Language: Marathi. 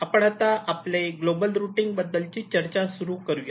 आपण आता आपले ग्लोबल रुटींग बद्दलची चर्चा सुरू करूया